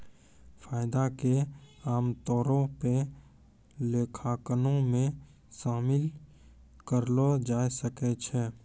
फायदा के आमतौरो पे लेखांकनो मे शामिल करलो जाय सकै छै